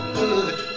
good